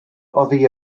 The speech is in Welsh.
oddi